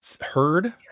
heard